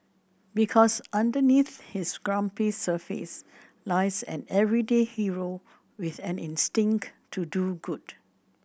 because underneath his grumpy surface lies an everyday hero with an instinct to do good